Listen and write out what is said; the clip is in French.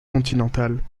continentale